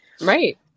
Right